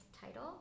title